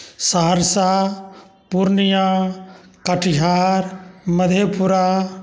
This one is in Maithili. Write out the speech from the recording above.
सहरसा पुर्णियाँ कटिहार मधेपुरा